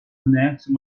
next